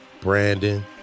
Brandon